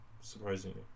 surprisingly